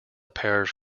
parish